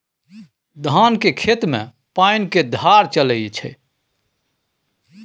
धान केर खेत मे पानि केर धार चलइ छै